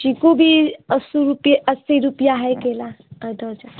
चीकू भी अस्सी रुपये अस्सी रुपये है केला दर्जन